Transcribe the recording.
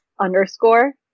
underscore